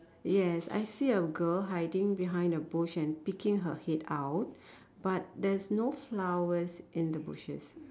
yes I see a girl hiding behind a bush and peeking her head out but there's no flowers in the bushes